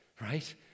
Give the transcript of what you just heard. right